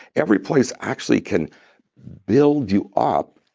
every place actually can build you up,